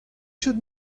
should